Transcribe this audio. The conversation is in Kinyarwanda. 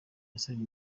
yasabye